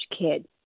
kid